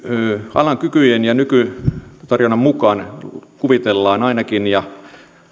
alan kykyjen ja nykytarjonnan mukaan ainakin kuvitellaan ja